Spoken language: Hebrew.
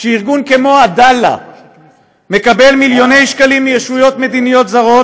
כשארגון כמו עדאלה מקבל מיליוני שקלים מישויות מדיניות זרות,